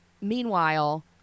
meanwhile